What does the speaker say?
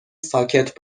ساکت